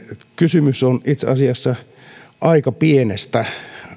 kysymys on itse asiassa aika pienestä